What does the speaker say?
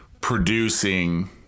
producing